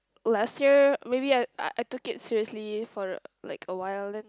last year maybe I I I took it seriously for like a while then